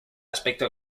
aspecto